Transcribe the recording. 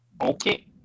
Okay